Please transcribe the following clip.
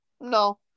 No